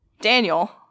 Daniel